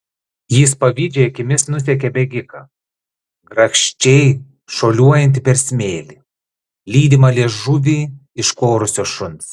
jis pavydžiai akimis nusekė bėgiką grakščiai šuoliuojantį per smėlį lydimą liežuvį iškorusio šuns